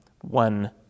one